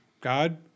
God